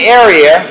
area